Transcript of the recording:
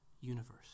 universe